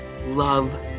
love